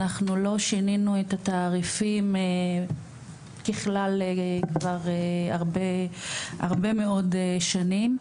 אנחנו לא שינינו את התעריפים ככלל כבר הרבה מאוד שנים.